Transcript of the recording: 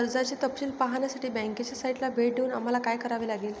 कर्जाचे तपशील पाहण्यासाठी बँकेच्या साइटला भेट देऊन आम्हाला काय करावे लागेल?